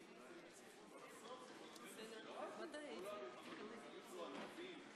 This is our homeland.